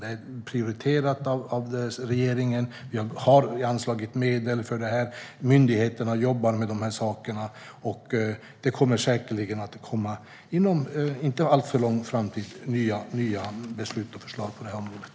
Det här är prioriterat av regeringen, och vi har anslagit medel. Myndigheterna jobbar med dessa saker, och inom en inte alltför avlägsen framtid kommer det säkerligen nya beslut och förslag på området.